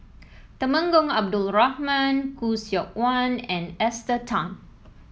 Temenggong Abdul Rahman Khoo Seok Wan and Esther Tan